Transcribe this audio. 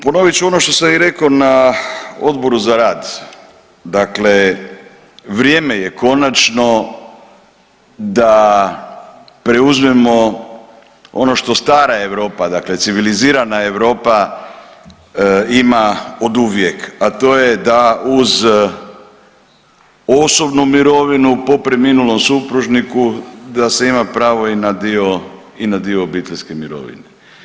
Ponovit ću ono što sam i rekao na Odboru za rad, dakle vrijeme je konačno da preuzmemo ono što stara Europa, dakle civilizirana Europa ima oduvijek, a to je da uz osobnu mirovinu po preminulom supružniku da se ima pravo i na dio obiteljske mirovine.